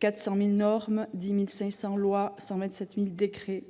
400 000 normes, 10 500 lois, 127 000 décrets